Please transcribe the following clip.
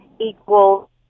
equals